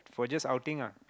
for just outing ah